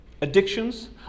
addictions